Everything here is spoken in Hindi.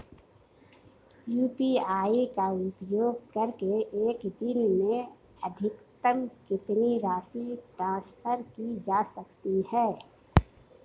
यू.पी.आई का उपयोग करके एक दिन में अधिकतम कितनी राशि ट्रांसफर की जा सकती है?